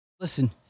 listen